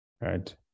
Right